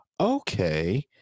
okay